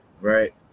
Right